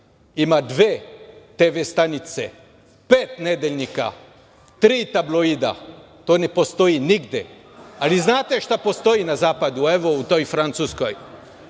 ima dve TV stanice, pet nedeljnika, tri tabloida. To ne postoji nigde. Ali znate šta postoji na Zapadu, evo, u toj Francuskoj?